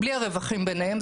בלי הרווחים ביניהם,